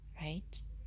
Right